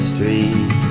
Street